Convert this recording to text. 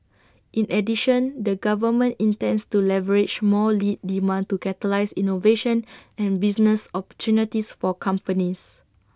in addition the government intends to leverage more lead demand to catalyse innovation and business opportunities for companies